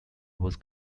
was